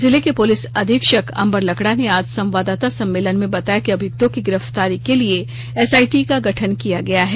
जिले के पुलिस अधीक्षक अंबर लकड़ा ने आज संवाददाता सम्मेलन में बताया कि अभियुक्तों की गिरफ्तारी के लिए एसआईटी का गठन किया गया है